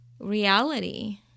reality